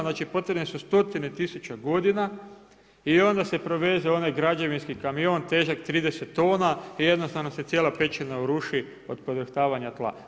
Znači potrebne su stotina tisuća godina i onda se proveze onaj građevinski kamion težak 30 tona i jednostavno se cijela pećina uruši od podrhtavanja tla.